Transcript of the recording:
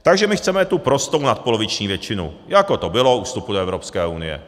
Takže my chceme tu prostou nadpoloviční většinu, jako to bylo u vstupu do Evropské unie.